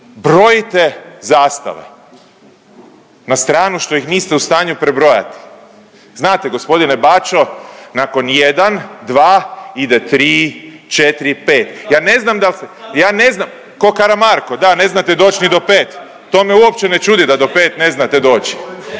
brojite zastave. Na stranu što ih niste u stanju prebrojati. Znate gospodine Baćo, nakon jedan, dva ide tri, četiri, pet. Ja ne znam dal' ste, ja ne znam, ko' Karamarko da ne znate doći ni do pet. To me uopće ne čudi da do pet ne znate doći.